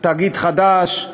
תאגיד חדש,